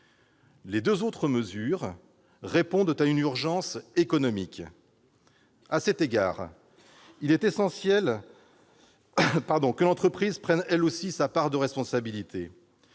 Les deux autres mesures répondent à une urgence économique. À cet égard, il est essentiel que l'entreprise prenne, elle aussi, sa part de responsabilité.